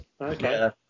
Okay